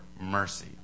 mercy